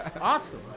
awesome